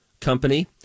company